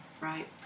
Right